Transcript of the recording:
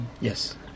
yes